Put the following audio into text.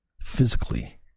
physically